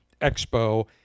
Expo